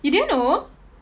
you didn't know